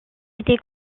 été